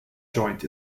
joint